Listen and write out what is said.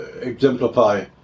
exemplify